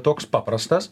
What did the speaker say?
toks paprastas